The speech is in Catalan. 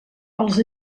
els